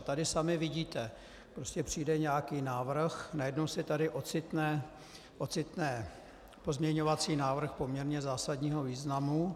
Tady sami vidíte: Přijde nějaký návrh, najednou se tady ocitne pozměňovací návrh poměrně zásadního významu.